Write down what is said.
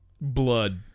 Blood